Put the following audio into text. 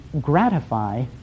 gratify